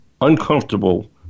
uncomfortable